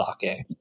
sake